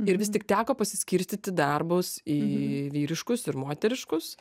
ir vis tik teko pasiskirstyti darbus į vyriškus ir moteriškus